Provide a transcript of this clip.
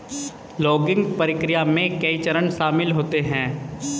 logging प्रक्रिया में कई चरण शामिल होते है